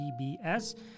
PBS